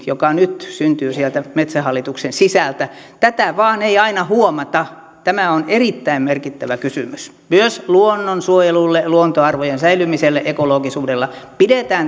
joka nyt syntyy sieltä metsähallituksen sisältä tätä vain ei aina huomata tämä on erittäin merkittävä kysymys myös luonnonsuojelulle luontoarvojen säilymiselle ekologisuudelle pidetään